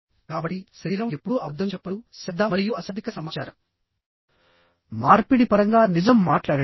కాబట్టి శరీరం ఎప్పుడూ అబద్ధం చెప్పదు శబ్ద మరియు అశాబ్దిక సమాచార మార్పిడి పరంగా నిజం మాట్లాడండి